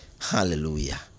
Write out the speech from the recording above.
Hallelujah